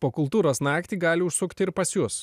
po kultūros naktį gali užsukti ir pas jus